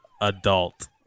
Adult